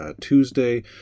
Tuesday